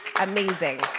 Amazing